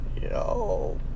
Yo